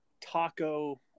taco